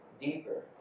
deeper